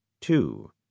two